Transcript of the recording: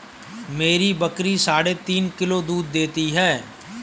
मेरी बकरी साढ़े तीन किलो दूध देती है